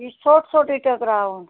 یہِ چھُ ژھوٚٹ ژھوٚٹُے ٹٔکراوُن